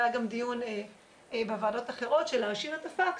היה גם דיון בוועדות אחרות של להשאיר את הפקס.